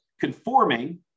conforming